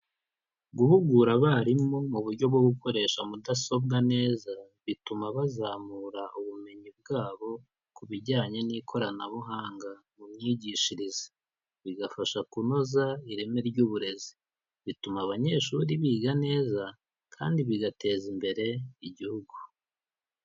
Guhugura abarimu mu buryo bwo gukoresha mudasobwa neza, bituma bazamura ubumenyi bwabo ku bijyanye n'ikoranabuhanga mu myigishirize, bigafasha kunoza ireme ry'uburezi, bituma abanyeshuri biga neza kandi bigateza imbere igihugu.